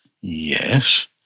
Yes